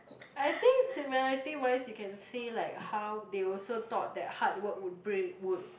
I think similarity wise you can say like how they also thought that hard work would bring would